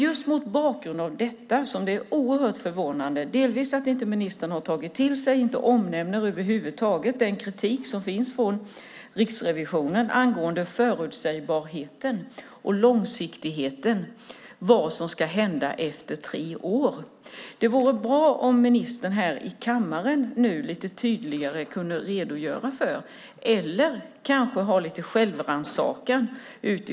Just mot bakgrund av detta är det oerhört förvånande att ministern inte har tagit till sig eller ens omnämner den kritik som har framförts av Riksrevisionen angående förutsägbarheten och långsiktigheten. Vad är det som ska hända om tre år? Det vore bra om ministern här i kammaren nu lite tydligare kunde redogöra för detta eller kanske ha lite självrannsakan.